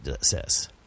says